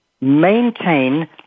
maintain